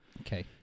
Okay